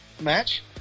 match